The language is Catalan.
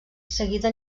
seguida